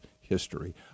history